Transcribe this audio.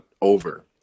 over